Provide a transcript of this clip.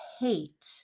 hate